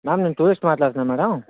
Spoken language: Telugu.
మేడమ్ నేను టూరిస్ట్ని మాట్లాడుతున్నాను మేడమ్